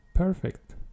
perfect